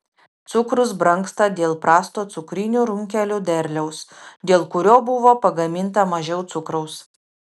cukrus brangsta dėl prasto cukrinių runkelių derliaus dėl kurio buvo pagaminta mažiau cukraus